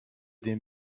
den